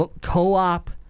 co-op